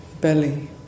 belly